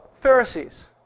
Pharisees